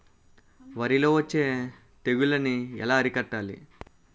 వరిలో వచ్చే తెగులని ఏలా అరికట్టాలి?